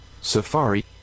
safari